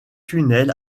tunnels